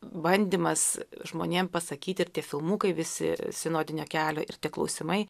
bandymas žmonėm pasakyti ir tie filmukai visi sinodinio kelio ir tie klausimai